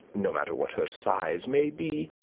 no matter what her size may be,